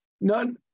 None